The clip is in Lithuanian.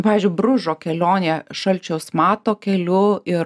pavyzdžiui bružo kelionėje šalčiaus mato keliu ir